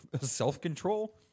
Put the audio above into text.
self-control